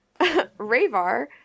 Rayvar